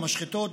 המשחטות,